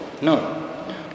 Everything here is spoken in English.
No